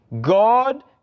God